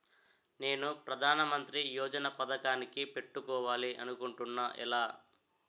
నేను ప్రధానమంత్రి యోజన పథకానికి పెట్టుకోవాలి అనుకుంటున్నా ఎలా?